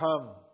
come